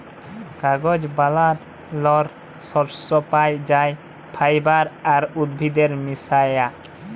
কাগজ বালালর সর্স পাই যাই ফাইবার আর উদ্ভিদের মিশায়া